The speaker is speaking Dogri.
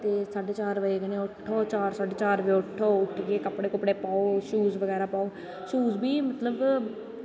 ते साड्डे चार बज़े कन्नै चार साडे चार बज़े हारै उट्ठियै कपड़े कुपड़े पाओ शूज़ बगैरा पाओ शूज़ बी मतलव